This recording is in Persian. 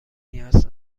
نیاز